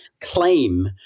claim